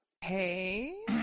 Hey